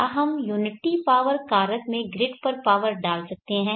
क्या हम unity power कारक में ग्रिड पर पावर डाल सकते हैं